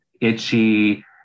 itchy